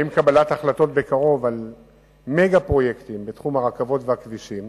עם קבלת החלטות בקרוב על מגה-פרויקטים בתחום הרכבות והכבישים